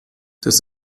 das